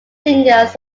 singers